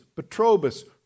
Petrobus